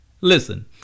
listen